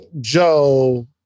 Joe